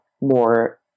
more